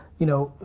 you know,